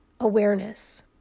awareness